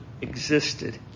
existed